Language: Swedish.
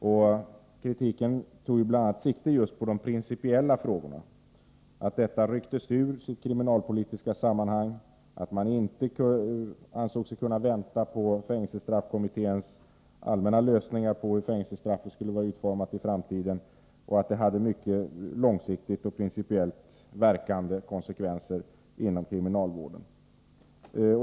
Och kritiken tog bl.a. sikte just på de principiella frågorna — att detta rycktes ur sitt kriminalpolitiska sammanhang, att man inte ansåg sig kunna vänta på fängelsestraffkommitténs förslag till allmänna lösningar av hur fängelsestraffet skulle vara utformat i framtiden samt att förslaget skulle få mycket långsiktigt verkande principiella konsekvenser inom kriminalvården.